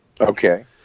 Okay